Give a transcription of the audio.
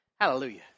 Hallelujah